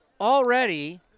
already